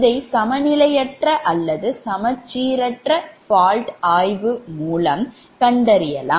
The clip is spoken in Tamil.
இதை சமநிலையற்ற அல்லது சமச்சீரற்ற fault ஆய்வு மூலம் கண்டறியலாம்